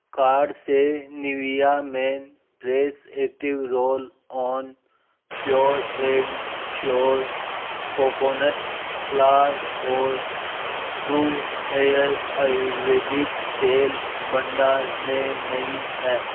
cart से Nivea men fresh active roll on pure and sure coconut flour और true hair ayurvedic तेल भंडार में नहीं हैं